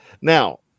Now